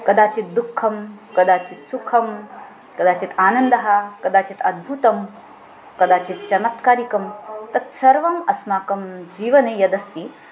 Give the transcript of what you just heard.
कदाचित् दुःखं कदाचित् सुखं कदाचित् आनन्दः कदाचित् अद्भुतं कदाचित् चमत्कारिकं तत्सर्वम् अस्माकं जीवने यदस्ति